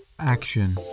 Action